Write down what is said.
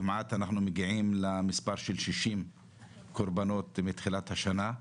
אנחנו מגיעים כמעט ל-60 קורבנות מתחילת השנה.